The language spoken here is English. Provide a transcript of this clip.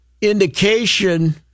indication